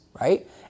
right